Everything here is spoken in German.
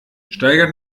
steigert